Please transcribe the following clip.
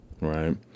right